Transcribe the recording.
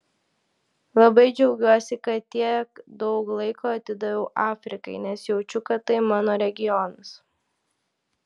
labai džiaugiuosi kad tiek daug laiko atidaviau afrikai nes jaučiu kad tai mano regionas